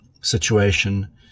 situation